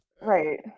right